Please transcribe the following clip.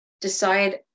decide